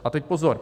A teď pozor.